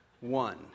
One